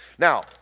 Now